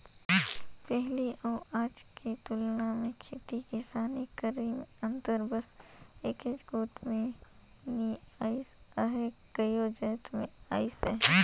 पहिली अउ आज के तुलना मे खेती किसानी करई में अंतर बस एकेच गोट में नी अइस अहे कइयो जाएत में अइस अहे